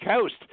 Coast